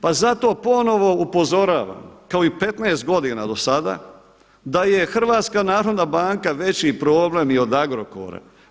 Pa zato ponovo upozoravam kao i 15 godina do sada da je HNB veći problem i od Agrokora.